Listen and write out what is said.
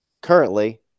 currently